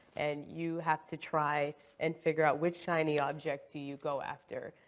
and you have to try and figure out which shiny object do you go after,